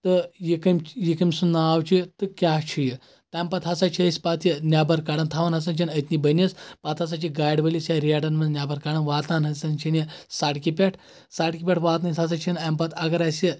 تہٕ یہِ کٔمۍ یہِ کٔمۍ سُنٛد ناو چھ تہٕ کیٚاہ چُھ یہِ تمہِ پتہٕ ہسا چھِ پَتہٕ یہِ نیٚبر کَڑان تھاوان ہسا چھِ أتۍنی بٔنِتھ پَتہٕ ہسا چھِ گاڈِ وٲلِس ریڈَن منٛز نیٚبر کَڑان واتان ہسن چھ یہِ سڑکہِ پٮ۪ٹھ سڑکہِ پٮ۪ٹھ واتنٲیِتھ ہسا چھِ اَمہِ پتہٕ اَگر اَسہِ یہِ